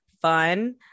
fun